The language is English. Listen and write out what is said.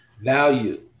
Value